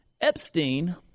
Epstein